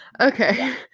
Okay